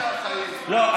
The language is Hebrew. לא,